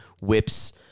whips